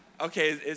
okay